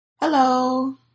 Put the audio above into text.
Hello